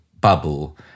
bubble